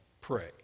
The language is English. pray